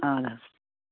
اَہَن حظ